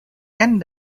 ken